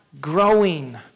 growing